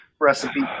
recipe